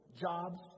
jobs